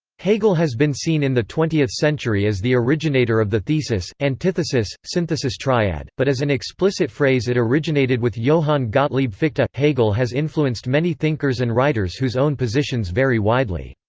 hegel has been seen in the twentieth century as the originator of the thesis, antithesis, synthesis triad, but as an explicit phrase it originated with johann gottlieb fichte ah hegel has influenced many thinkers and writers whose own positions vary widely.